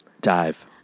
Dive